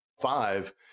five